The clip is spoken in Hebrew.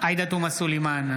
עאידה תומא סלימאן,